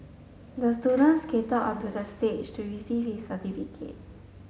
the student skated onto the stage to receive his certificate